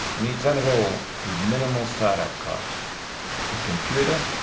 and he has done it all with minimal start-up costs a computer,